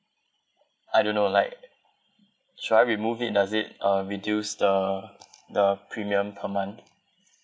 I don't know like should I remove it does it uh reduce the the premium per month